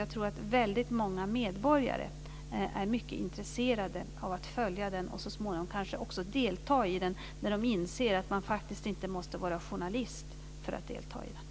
Väldigt många medborgare är mycket intresserade av att följa den och kanske så småningom också delta i den när de inser att man inte måste vara journalist för att delta i debatten.